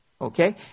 okay